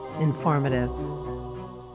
informative